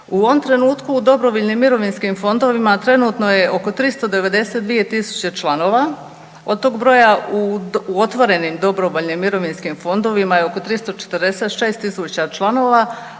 U ovom trenutku u dobrovoljnim mirovinskim fondovima trenutno je oko 392.000 članova, od tog broja u otvorenim dobrovoljnim mirovinskim fondovima je oko 346.000 članova,